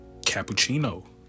Cappuccino